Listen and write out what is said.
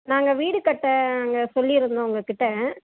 நாங்கள் வீடு கட்ட நாங்கள் சொல்லியிருந்தோம் உங்கக்கிட்ட